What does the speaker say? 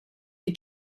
des